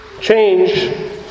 Change